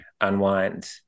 unwind